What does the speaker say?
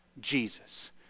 Jesus